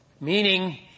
Meaning